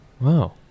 wow